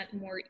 more